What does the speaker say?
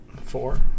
Four